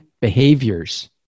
behaviors